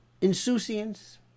insouciance